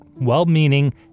well-meaning